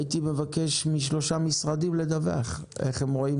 הייתי מבקש משלושה משרדים לדווח איך הם רואים